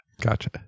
Gotcha